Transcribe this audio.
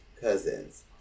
cousins